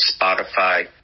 Spotify